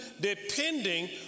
depending